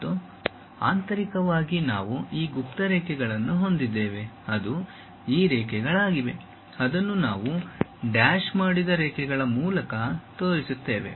ಮತ್ತು ಆಂತರಿಕವಾಗಿ ನಾವು ಈ ಗುಪ್ತ ರೇಖೆಗಳನ್ನು ಹೊಂದಿದ್ದೇವೆ ಅದು ಈ ರೇಖೆಗಳಾಗಿವೆ ಅದನ್ನು ನಾವು ಡ್ಯಾಶ್ ಮಾಡಿದ ರೇಖೆಗಳ ಮೂಲಕ ತೋರಿಸುತ್ತೇವೆ